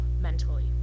mentally